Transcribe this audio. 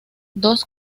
dos